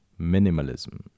minimalism